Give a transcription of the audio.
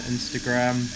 Instagram